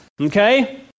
okay